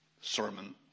sermon